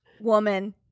woman